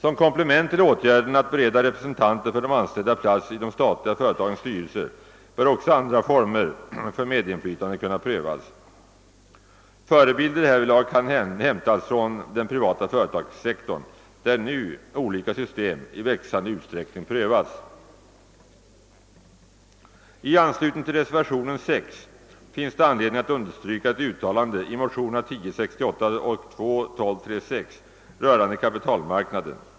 Som komplement till åtgärden att bereda representanter för de anställda plats i de statliga företagens styrelser bör också andra former för medinflytande kunna prövas. Förebilden härvidlag kan hämtas från den privata företagssektorn, där nu olika system i växande utsträckning prövas. I anslutning till reservationen 6 finns det anledning understryka ett uttalande i motionerna I: 1068 och II: 1236 rörande kapitalmarknaden.